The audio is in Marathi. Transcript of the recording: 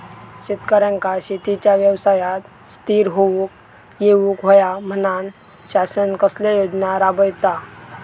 शेतकऱ्यांका शेतीच्या व्यवसायात स्थिर होवुक येऊक होया म्हणान शासन कसले योजना राबयता?